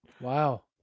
Wow